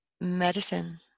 medicine